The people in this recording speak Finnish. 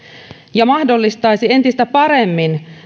ja mahdollistaisi entistä paremmin